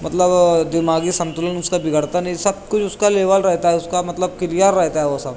مطلب دماغی سنتولن اس کا بگڑتا نہیں سب کچھ اس کا لیول رہتا ہے اس کا مطلب کلیئر رہتا ہے وہ سب